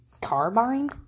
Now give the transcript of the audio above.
carbine